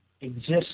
exists